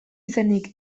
izenik